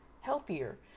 healthier